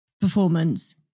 performance